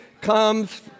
comes